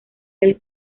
del